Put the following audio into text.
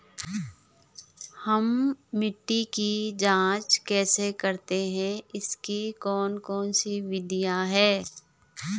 हम मिट्टी की जांच कैसे करते हैं इसकी कौन कौन सी विधियाँ है?